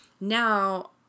now